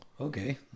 Okay